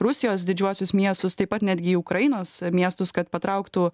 rusijos didžiuosius miestus taip pat netgi į ukrainos miestus kad patrauktų